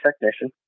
technician